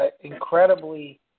incredibly